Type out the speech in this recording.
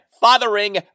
fathering